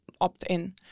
opt-in